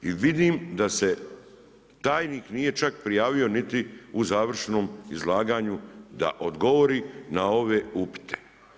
I vidim da se tajnik nije čak prijavio niti u završnom izlaganju da odgovori na ove upite.